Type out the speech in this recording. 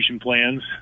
plans